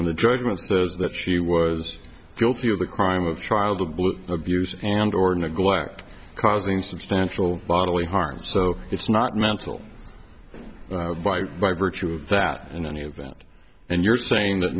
from the judgments that she was guilty of the crime of child abuse and or neglect causing substantial bodily harm so it's not mental by virtue of that in any event and you're saying that